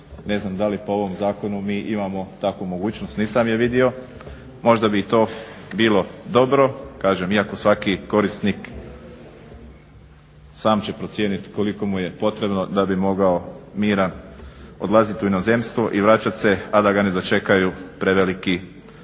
Ne znam da li po ovom zakonu mi imamo takvu mogućnost, nisam je vidio. Možda bi i to bilo dobro, kažem. Iako svaki korisnik sam će procijeniti koliko mu je potrebno da bi mogao miran odlaziti u inozemstvo i vraćati se a da ga ne dočekaju preveliki računi